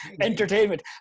entertainment